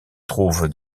trouve